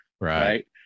Right